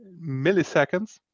milliseconds